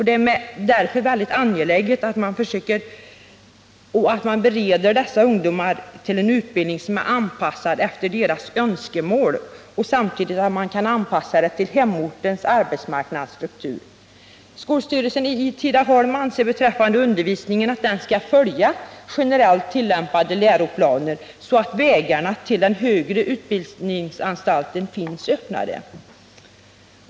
Det är därför väldigt angeläget att bereda ungdomarna en utbildning som är anpassad efter deras önskemål och samtidigt att man kan anpassa undervisningen till hemortens arbetsmarknadsstruktur. Skolstyrelsen i Tidaholm anser beträffande undervisningen att den skall följa generellt tillämpade läroplaner, så att vägarna till högre utbildningsanstalter finns öppnade.